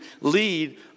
lead